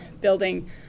building